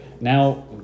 now